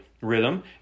Rhythm